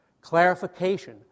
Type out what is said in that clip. clarification